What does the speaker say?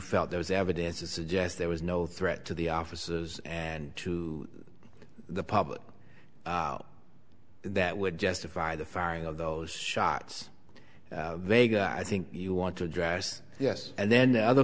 felt there was evidence to suggest there was no threat to the offices and to the public that would justify the firing of those shots they got i think you want to address yes and then the other